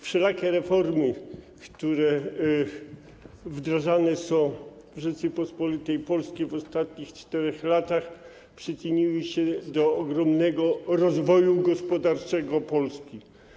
Wszelakie reformy, które wdrażane są w Rzeczypospolitej Polskiej w ostatnich czterech latach, przyczyniły się do ogromnego rozwoju gospodarczego Polski.